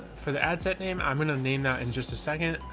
for the ad set name. i'm gonna name that in just a second.